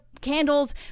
candles